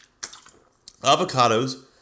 Avocados